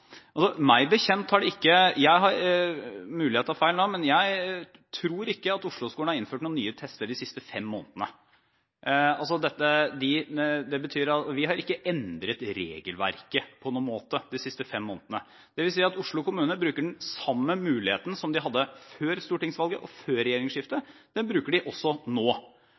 Det er mulig jeg tar feil nå, men jeg tror ikke Osloskolen har innført noen nye tester de siste fem månedene. Vi har ikke endret regelverket på noen måte de siste fem månedene. Det vil si at Oslo kommune bruker den samme muligheten nå som de hadde før stortingsvalget og før regjeringsskiftet. Jeg så at det var politisk uenighet også